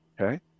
okay